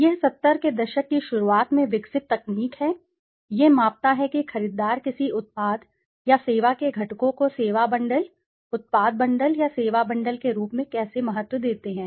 यह 70 के दशक की शुरुआत में विकसित तकनीक है यह मापता है कि खरीदार किसी उत्पाद या सेवा के घटकों को सेवा बंडल उत्पाद बंडल या सेवा बंडल के रूप में कैसे महत्व देते हैं